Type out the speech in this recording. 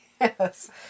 Yes